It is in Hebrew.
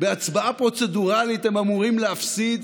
בהצבעה פרוצדורלית, הם אמורים להפסיד,